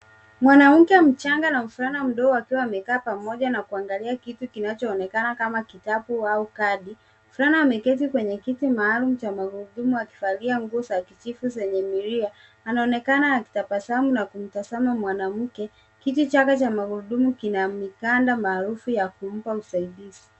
Mwanamke mchanga na mvulana mdogo wakiwa wamekaa pamoja na kuangalia kitu kinachoonekana kama kitabu au kadi. Mvulana ameketi kwenye kiti maalum cha magurudumu akivalia nguo za kijivu zenye milia. Anaonekana akitabasamu na kumtazama mwanamke. Kiti chake cha magurudumu kina mikanda maarufu ya kumpa usaidizi.